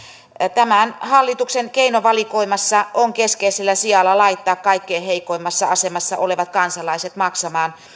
tämän hallituksen keinovalikoimassa on keskeisellä sijalla laittaa kaikkein heikoimmassa asemassa olevat kansalaiset maksamaan